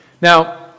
Now